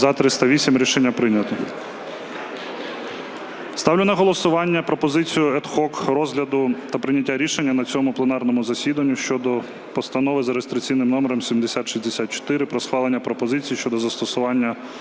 За-308 Рішення прийнято. Ставлю на голосування пропозицію аd hoc розгляду та прийняття рішення на цьому пленарному засіданні щодо Постанови за реєстраційним номером 7064 про схвалення пропозицій щодо застосування